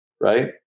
Right